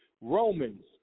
Romans